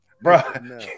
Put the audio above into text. bro